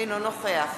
אינו נוכח